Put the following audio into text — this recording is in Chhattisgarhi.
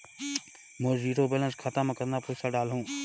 मोर जीरो बैलेंस खाता मे कतना पइसा डाल हूं?